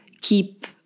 keep